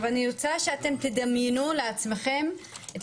אני רוצה שאתם תדמיינו לעצמכם את